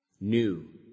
new